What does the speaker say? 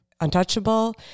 untouchable